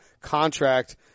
contract